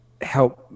help